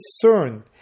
concern